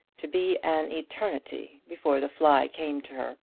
to be an eternity before the fly came to her.